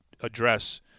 address